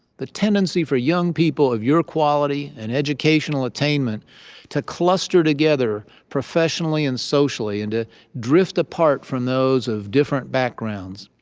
the tendency for young people of your quality and educational attainment to cluster together professionally and socially and to drift apart from those of different backgrounds.